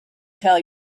tell